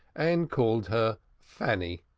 and called her fanny,